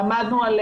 עמדנו על